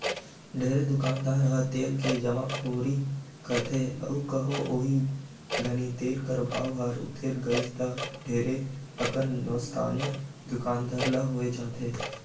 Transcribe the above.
ढेरे दुकानदार ह तेल के जमाखोरी करथे अउ कहों ओही घनी तेल कर भाव हर उतेर गइस ता ढेरे अकन नोसकानी दुकानदार ल होए जाथे